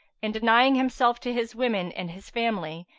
and denying himself to his women and his family,